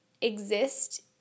exist